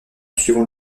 suivant